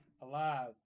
alive